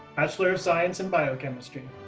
bachelor of science in biochemistry.